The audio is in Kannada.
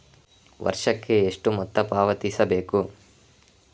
ವರ್ಷಕ್ಕೆ ಎಷ್ಟು ಮೊತ್ತ ಪಾವತಿಸಬೇಕು?